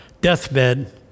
deathbed